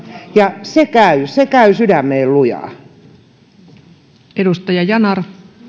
ja se käy se käy sydämeen lujaa